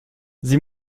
sie